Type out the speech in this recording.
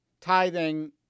tithing